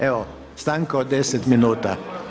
Evo stanka od 10 minuta.